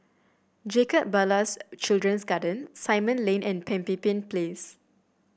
Jacob Ballas Children's Garden Simon Lane and Pemimpin Place